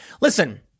Listen